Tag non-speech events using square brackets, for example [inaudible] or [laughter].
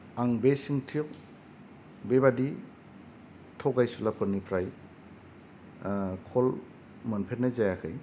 आं [unintelligible] बेबादि थगायसुलाफोरनिफ्राय खल मोनफेरनाय जायाखै